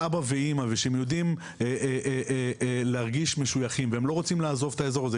אבא ואמא ושהם יודעים להרגיש משויכים והם לא רוצים לעזוב את האזור הזה,